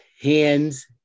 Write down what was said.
Hands